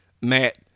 Matt